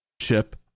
chip